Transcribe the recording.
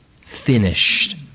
finished